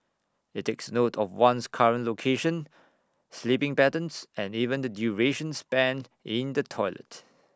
IT takes note of one's current location sleeping patterns and even the duration spent in the toilet